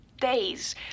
days